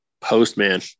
Postman